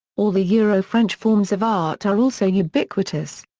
all the euro-french forms of art are also ubiquitous.